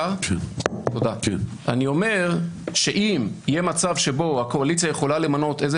אני אומר שאם יהיה מצב שבו הקואליציה יכולה למנות איזה